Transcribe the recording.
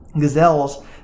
Gazelles